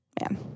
Man